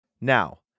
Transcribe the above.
Now